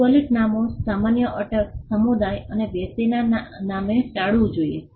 ભૌગોલિક નામો સામાન્ય અટક સમુદાય અથવા વ્યક્તિના નામને ટાળવું જોઈએ